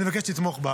אני מבקש לתמוך בה.